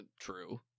true